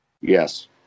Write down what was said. Yes